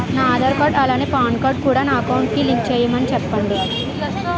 నా ఆధార్ కార్డ్ అలాగే PAN card కూడా నా అకౌంట్ కి లింక్ చేయమని చెప్పండి